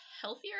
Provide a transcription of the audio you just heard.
healthier